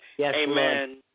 Amen